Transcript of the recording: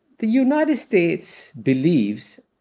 the united states believes,